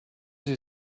you